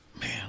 Man